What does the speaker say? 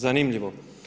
Zanimljivo!